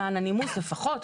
למען הנימוס לפחות,